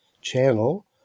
channel